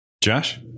Josh